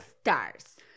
Stars